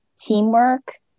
teamwork